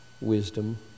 wisdom